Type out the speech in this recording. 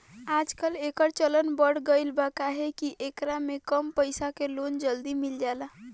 आजकल, एकर चलन बढ़ गईल बा काहे कि एकरा में कम पईसा के लोन जल्दी मिल जाला